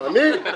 אני?